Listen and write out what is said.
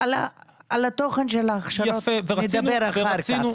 על התוכן של ההכשרות נדבר אחר כך,